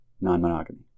non-monogamy